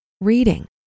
reading